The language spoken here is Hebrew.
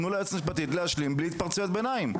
תנו ליועצת המשפטית להשלים בלי התפרצויות ביניים.